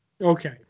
Okay